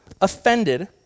offended